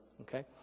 okay